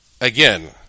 Again